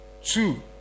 Two